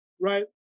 right